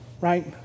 right